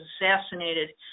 assassinated